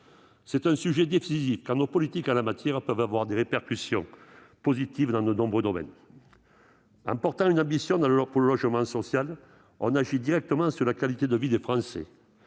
C'est un sujet décisif, car nos politiques en la matière peuvent avoir des répercussions positives dans de nombreux domaines. En portant une ambition pour le logement social, on agit directement sur la qualité de vie des Français,